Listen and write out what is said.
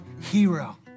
hero